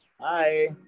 Hi